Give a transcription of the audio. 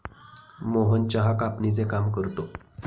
मोहन चहा कापणीचे काम करतो